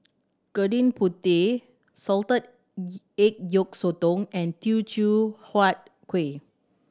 Gudeg Putih salted egg yolk sotong and Teochew Huat Kueh